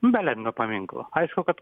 be lenino paminklo aišku kad